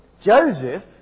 Joseph